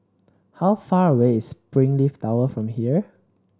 how far away is Springleaf Tower from here